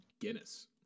Guinness